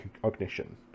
cognition